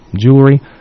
jewelry